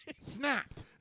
Snapped